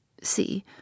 See